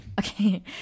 Okay